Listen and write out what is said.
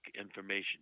information